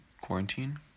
quarantine